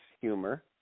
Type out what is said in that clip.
humor